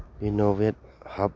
innovate hub